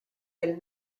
del